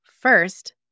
First